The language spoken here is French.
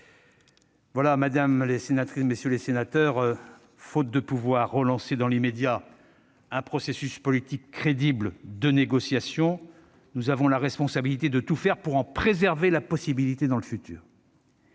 à la paix. Mesdames, messieurs les sénateurs, faute de pouvoir relancer dans l'immédiat un processus politique crédible de négociations, nous avons la responsabilité de tout faire pour en préserver la possibilité dans le futur.